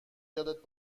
یادت